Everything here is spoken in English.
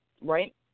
right